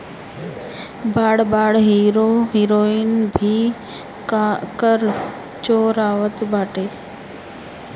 बड़ बड़ hero heroine भी कर चोरावत बाटे